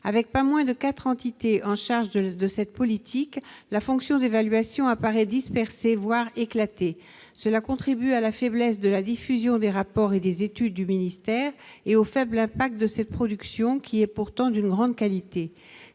Avec pas moins de quatre entités chargées de cette politique, la fonction d'évaluation paraît dispersée, voire éclatée. Cela contribue à la faiblesse de la diffusion des rapports et des études du ministère et à la faible incidence de cette production, pourtant d'une grande qualité.